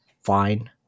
fine